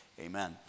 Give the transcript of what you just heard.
amen